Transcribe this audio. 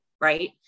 right